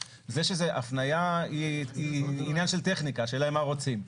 ההפניה היא עניין של טכניקה, השאלה היא מה רוצים.